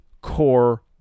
core